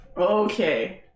Okay